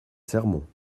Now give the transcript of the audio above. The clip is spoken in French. sermons